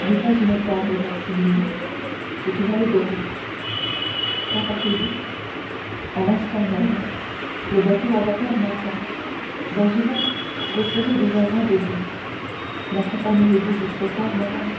n'est pas une fable maximilien c'est une allégorie quand partez-vous à l'instant même le bateau à vapeur m'attend dans une heure je serai déjà loin de vous maccompagnerez vous jusqu'au port morrel